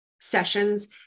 sessions